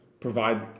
provide